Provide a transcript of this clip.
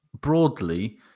broadly